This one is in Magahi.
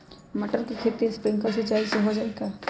मटर के खेती स्प्रिंकलर सिंचाई से हो जाई का?